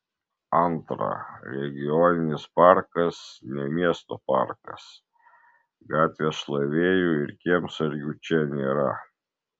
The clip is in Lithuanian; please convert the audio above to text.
antra regioninis parkas ne miesto parkas gatvės šlavėjų ir kiemsargių čia nėra